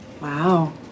Wow